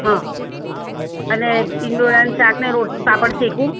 હ અને ટીંડોળાનું શાક ને રોટ પાપડ શેકું